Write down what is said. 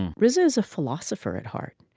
and risen is a philosopher at heart.